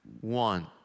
One